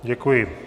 Děkuji.